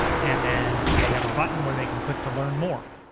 and then they have a button where they can click to learn more.